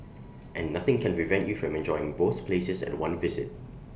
and nothing can prevent you from enjoying both places at one visit